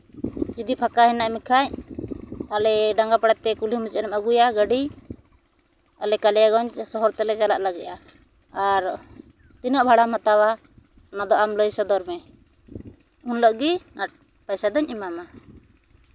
ᱡᱩᱫᱤ ᱯᱷᱟᱸᱠᱟ ᱢᱮᱱᱟᱜ ᱢᱮᱠᱷᱟᱡ ᱛᱟᱦᱚᱞᱮ ᱰᱟᱝᱜᱟ ᱯᱟᱲᱟᱛᱮ ᱠᱩᱞᱦᱤ ᱢᱩᱪᱟᱹᱫ ᱮᱢ ᱟᱹᱜᱩᱭᱟ ᱜᱟᱹᱰᱤ ᱟᱞᱮ ᱠᱟᱞᱤᱭᱟᱜᱚᱧᱡᱽ ᱥᱚᱦᱚᱨ ᱛᱮᱞᱮ ᱪᱟᱞᱟᱜ ᱞᱟᱹᱜᱤᱜᱼᱟ ᱟᱨ ᱛᱤᱱᱟᱹᱜ ᱵᱷᱟᱲᱟᱢ ᱦᱟᱛᱟᱣᱟ ᱚᱱᱟᱫᱚ ᱟᱢ ᱞᱟᱹᱭ ᱥᱚᱫᱚᱨ ᱢᱮ ᱩᱱᱦᱤᱞᱚᱜ ᱜᱮ ᱯᱚᱭᱥᱟ ᱫᱩᱧ ᱮᱢᱟᱢᱟ